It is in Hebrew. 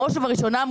בראש ובראשונה,